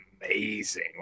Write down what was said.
amazing